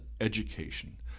education